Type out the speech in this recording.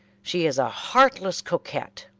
she is a heartless coquette.